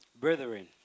Brethren